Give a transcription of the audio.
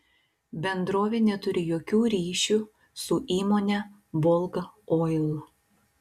bendrovė neturi jokių ryšių su įmone volga oil